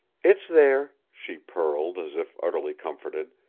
it's there, she purled, as if utterly comforted.